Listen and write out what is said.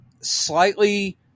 slightly